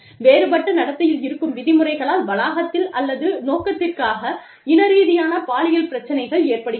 வேறுபட்ட நடத்தையில் இருக்கும் விதிமுறைகளால் வளாகத்தில் அல்லது நோக்கத்திற்காக இன ரீதியான பாலியல் பிரச்சனை ஏற்படுகிறது